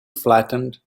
flattened